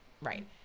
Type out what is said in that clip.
Right